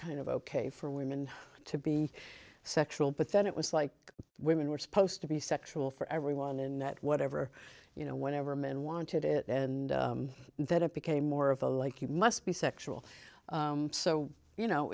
kind of ok for women to be sexual but then it was like women were supposed to be sexual for everyone and that whatever you know whenever men wanted it and that it became more of a like you must be sexual so you know